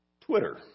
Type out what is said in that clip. Twitter